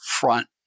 front